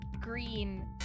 green